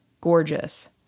gorgeous